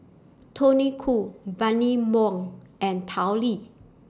Tony Khoo Bani Buang and Tao Li